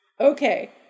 okay